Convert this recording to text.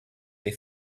they